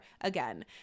again